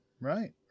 right